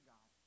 God